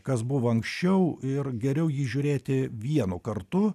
kas buvo anksčiau ir geriau jį žiūrėti vienu kartu